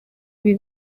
ibi